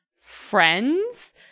friends